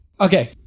Okay